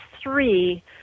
three